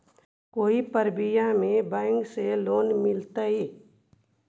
कोई परबिया में बैंक से लोन मिलतय?